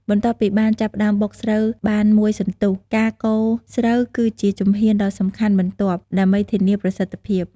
បន្ទាប់ពីបានចាប់ផ្តើមបុកស្រូវបានមួយសន្ទុះ ការកូរស្រូវគឺជាជំហានដ៏សំខាន់បន្ទាប់ដើម្បីធានាប្រសិទ្ធភាព។